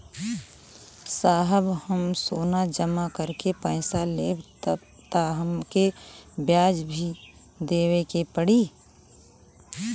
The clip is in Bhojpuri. साहब हम सोना जमा करके पैसा लेब त हमके ब्याज भी देवे के पड़ी?